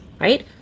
right